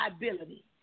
liability